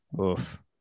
Oof